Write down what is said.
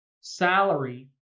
salary